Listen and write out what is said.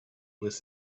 with